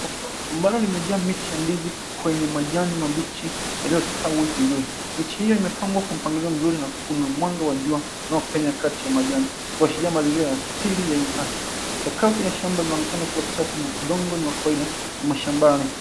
...ambalo limejaa miti ya ndizi kwenye majani mabichi yaliyostawi vizuri. Miti hiyo imepangwa kwa mpangilio mzuri na kuna mwanga wa jua unaopenya kati ya majani 𝑘𝑢ashiria mazingira ya asili yenye afya. Sakafu ya shamba linaonekana kuwa safi na udongo ni wa kawaida 𝑤𝑎 mashambani.